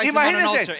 Imagine